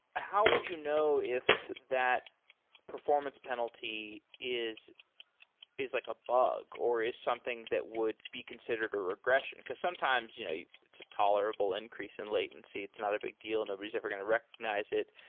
how would you know if that performance penalty is is like a bug or is something that would be considered a regression, because sometimes you know it's a tolerable increase in latency. it's not a big deal. nobody is ever going to recognize it.